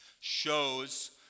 shows